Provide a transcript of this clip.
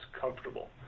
comfortable